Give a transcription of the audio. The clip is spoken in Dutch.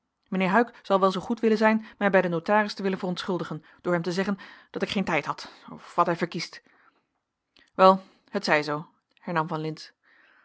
mijnheer huyck zal wel zoo goed willen zijn mij bij den notaris te willen verontschuldigen door hem te zeggen dat ik geen tijd had of wat hij verkiest wel het zij zoo hernam van lintz